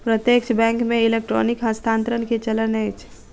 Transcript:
प्रत्यक्ष बैंक मे इलेक्ट्रॉनिक हस्तांतरण के चलन अछि